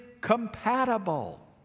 compatible